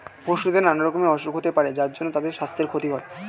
পশুদের নানা রকমের অসুখ হতে পারে যার জন্যে তাদের সাস্থের ক্ষতি হয়